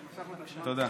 תודה.